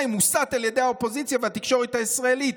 מוסת על ידי האופוזיציה והתקשורת הישראלית,